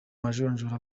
majonjora